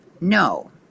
No